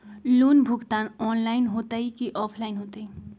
Loan भुगतान online होतई कि ऑफलाइन होतई?